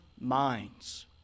minds